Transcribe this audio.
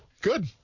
Good